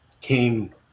came